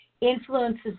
influences